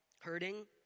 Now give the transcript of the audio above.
hurting